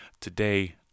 Today